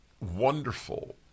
wonderful